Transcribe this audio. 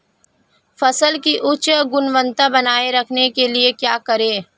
फसल की उच्च गुणवत्ता बनाए रखने के लिए क्या करें?